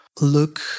look